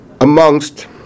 amongst